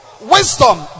Wisdom